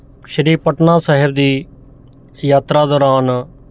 ਸ਼੍ਰੀ ਪਟਨਾ ਸਾਹਿਬ ਦੀ ਯਾਤਰਾ ਦੌਰਾਨ